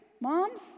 moms